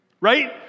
right